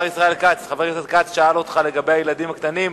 חבר הכנסת כץ שאל אותך לגבי הילדים הקטנים.